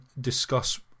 discuss